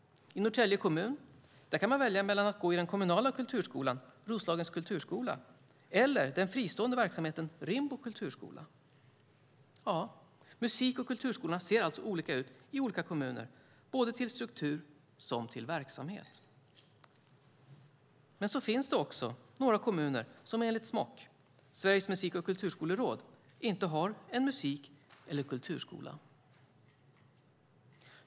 I Norrtälje kommun kan man välja mellan att gå i den kommunala kulturskolan Roslagens kulturskola och att gå i den fristående verksamheten Rimbo kulturskola. Musik och kulturskolorna ser alltså olika ut i olika kommuner, både till struktur och till verksamhet. Men så finns det några kommuner som enligt SMOK, Sveriges Musik och Kulturskoleråd, inte har en musik eller kulturskola.